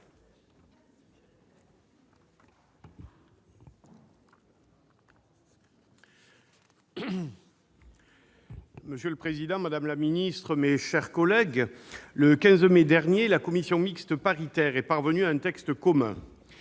Monsieur le président, madame la ministre, mes chers collègues, le 15 mai dernier, la commission mixte paritaire est parvenue à un texte commun.